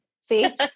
See